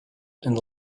and